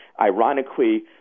ironically